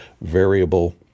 variable